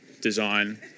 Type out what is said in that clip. design